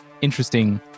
interesting